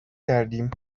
کردیم